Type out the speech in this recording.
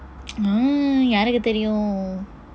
mm யாருக்கு தெரியும்:yaarukku theriyum